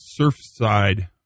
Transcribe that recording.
Surfside